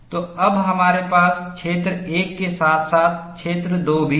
तो अब हमारे पास क्षेत्र 1 के साथ साथ क्षेत्र 2 भी है